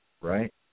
right